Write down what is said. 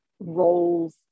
roles